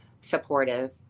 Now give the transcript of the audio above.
supportive